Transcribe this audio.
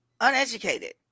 uneducated